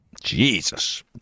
Jesus